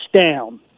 down